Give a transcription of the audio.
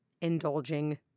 indulging